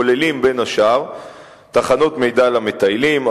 הכוללים בין השאר תחנות מידע למטיילים,